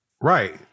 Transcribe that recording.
Right